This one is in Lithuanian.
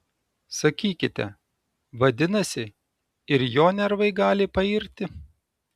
sakykite vadinasi ir jo nervai gali pairti